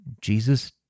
Jesus